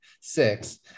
six